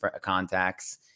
contacts